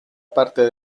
parte